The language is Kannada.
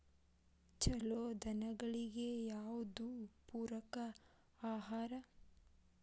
ಛಲೋ ದನಗಳಿಗೆ ಯಾವ್ದು ಪೂರಕ ಆಹಾರ?